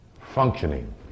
Functioning